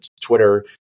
Twitter